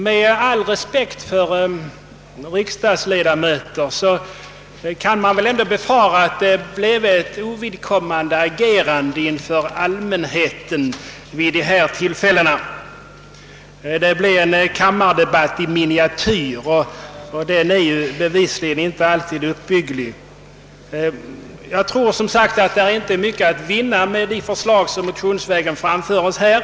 Med all respekt för riksdagsledamöter kan man nog befara ett ovidkommande agerande inför allmänheten vid sådana tillfällen. Det bleve väl en kammardebatt i miniatyr — och sådana är bevisligen inte alltid uppbyggliga! Det är säkert inte mycket att vinna på de förslag som här förts fram motionsvägen.